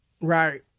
Right